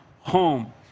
home